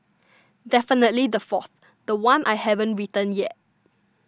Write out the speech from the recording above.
definitely the fourth the one I haven't written yet